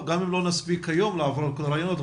גם אם לא נספיק היום לעבור על כל הרעיונות,